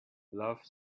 love